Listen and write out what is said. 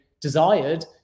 desired